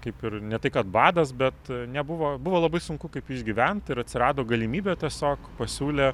kaip ir ne tai kad badas bet nebuvo buvo labai sunku kaip išgyvent ir atsirado galimybė tiesiog pasiūlė